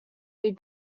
did